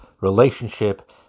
relationship